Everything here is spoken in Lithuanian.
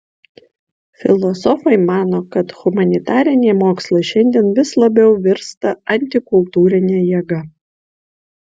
filosofai mano kad humanitariniai mokslai šiandien vis labiau virsta antikultūrine jėga